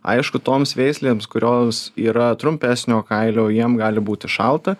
aišku toms veislėms kurios yra trumpesnio kailio jiem gali būti šalta